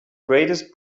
greatest